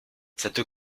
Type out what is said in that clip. cette